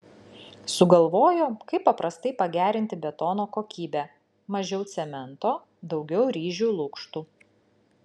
sugalvojo kaip paprastai pagerinti betono kokybę mažiau cemento daugiau ryžių lukštų